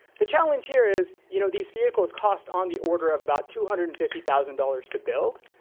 the challenge here is, you know these vehicles cost on the order of about two hundred and fifty thousand dollars to build,